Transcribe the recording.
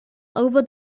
over